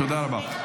תודה רבה.